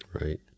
right